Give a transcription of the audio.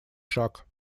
шаг